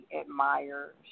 admire